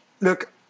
Look